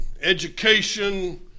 education